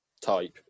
type